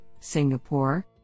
Singapore